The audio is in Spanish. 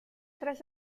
tras